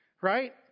right